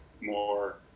more